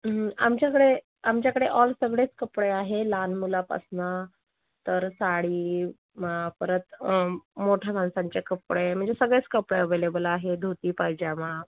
आमच्याकडे आमच्याकडे ऑल सगळेच कपडे आहे लहान मुलापासून तर साडी परत मोठ्या माणसांचे कपडे म्हणजे सगळेच कपडे अवेलेबल आहेत धोती पायजमा